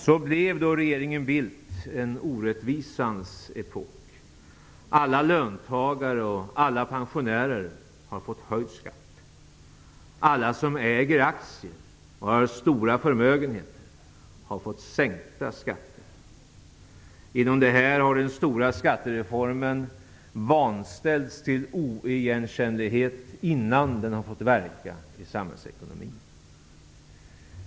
Så blev regeringen Bildts tid en orättvisans epok. Alla löntagare och alla pensionärer har fått höjd skatt. Alla som äger aktier och har stora förmögenheter har fått sänkta skatter. Genom dessa åtgärder har den stora skattereformen vanställts till oigenkännlighet innan den har fått verka i samhällsekonomin.